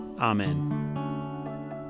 Amen